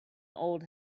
old